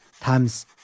times